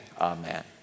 Amen